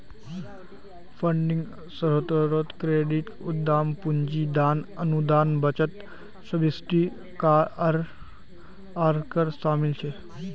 funding स्रोतोत credit, उद्दाम पूंजी, दान, अनुदान, बचत, सब्सिडी आर कर शामिल छे